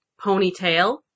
ponytail